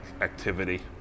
activity